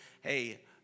hey